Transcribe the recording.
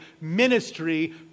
ministry